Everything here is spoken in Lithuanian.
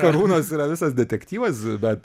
karūnos yra visas detektyvas bet